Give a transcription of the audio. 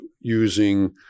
using